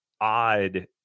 odd